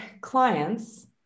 clients